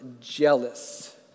jealous